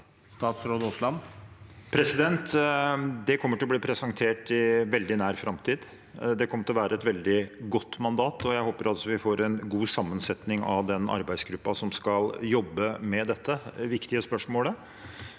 Statsråd Terje Aasland Det kommer til å bli presentert i veldig nær framtid. Det kommer til å være et veldig godt mandat, og jeg håper at vi får en god sammensetning av den arbeidsgruppen som skal jobbe med dette viktige spørsmålet.